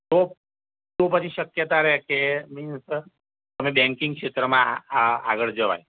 તો તો પછી શક્યતા રહે કે મીન્સ અને બેંકિંગ ક્ષેત્રમાં આ આગળ જવાય